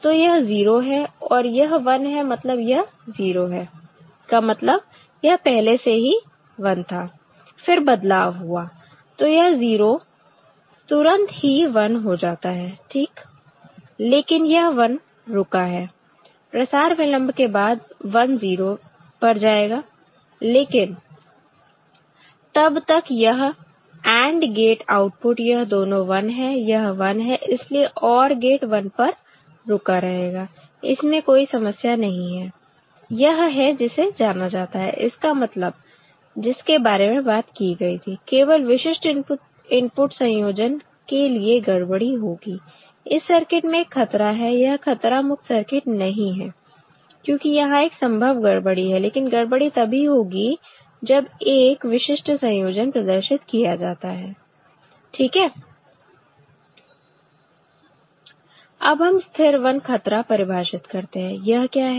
तो यह 0 है और यह 1 है मतलब यह 0 है का मतलब यह पहले से ही 1 था फिर बदलाव हुआ तो यह 0 तुरंत ही 1 हो जाता है ठीक लेकिन यह 1 रुका है प्रसार विलंब के बाद 1 0 पर जाएगा लेकिन तब तक Refer Time 1155 यह AND गेट आउटपुट यह दोनों 1 हैं यह 1 है इसलिए OR गेट 1 पर रुका रहेगा इसमें कोई समस्या नहीं है यह है जिसे जाना जाता है इसका मतलब जिसके बारे में बात की गई थी केवल विशिष्ट इनपुट संयोजन के लिए गड़बड़ी होगी इस सर्किट में एक खतरा है यह खतरा मुक्त सर्किट नहीं है क्योंकि यहां एक संभव गड़बड़ी है लेकिन गड़बड़ी तभी होगी जब एक विशिष्ट संयोजन प्रदर्शित किया जाता है ठीक है अब हम स्थिर 1 खतरा परिभाषित करते हैं यह क्या है